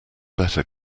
better